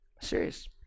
serious